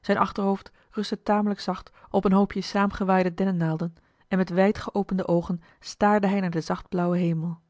zijn achterhoofd rustte tamelijk zacht op een hoopje saamgewaaide dennennaalden en met wijdgeopende oogen staarde hij naar den zachtblauwen hemel